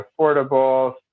affordable